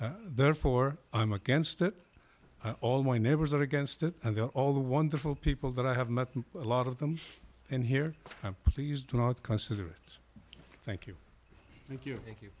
it therefore i'm against it all my neighbors are against it and they are all the wonderful people that i have met a lot of them in here please do not consider it thank you thank you thank you